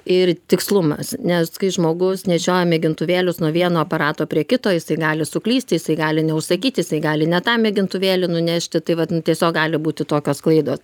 ir tikslumas nes kai žmogus nešioja mėgintuvėlius nuo vieno aparato prie kito jisai gali suklysti jisai gali neužsakyti jisai gali ne tą mėgintuvėlį nunešti tai vat nu tiesiog gali būti tokios klaidos